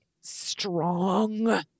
strong